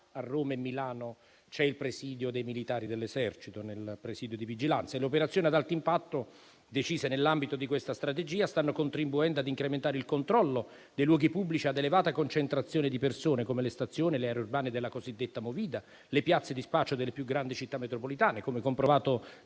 a Roma e Milano c'è la presenza dei militari dell'Esercito nel presidio di vigilanza. Le operazioni ad alto impatto decise nell'ambito di questa strategia stanno contribuendo ad incrementare il controllo dei luoghi pubblici ad elevata concentrazione di persone, come le stazioni, le aree urbane della cosiddetta movida, le piazze di spaccio delle più grandi città metropolitane, come comprovato